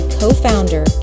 co-founder